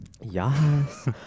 yes